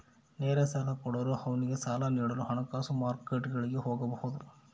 ನೇರ ಸಾಲ ಕೊಡೋರು ಅವ್ನಿಗೆ ಸಾಲ ನೀಡಲು ಹಣಕಾಸು ಮಾರ್ಕೆಟ್ಗುಳಿಗೆ ಹೋಗಬೊದು